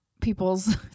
people's